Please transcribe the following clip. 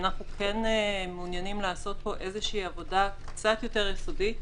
ואנחנו כן מעוניינים לעשות פה עבודה קצת יותר יסודית.